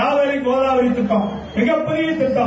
காவிரி கோதாவரி திட்டம் மிகப்பிய திட்டம்